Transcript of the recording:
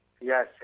yes